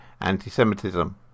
anti-Semitism